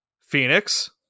Phoenix